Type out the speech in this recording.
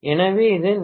எனவே இது 112